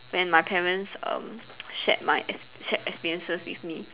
when my parents um shared my shared experiences with me